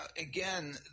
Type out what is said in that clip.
again